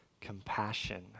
compassion